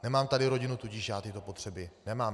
Nemám tady rodinu, tudíž já tyto potřeby nemám.